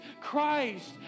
Christ